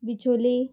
Bicholim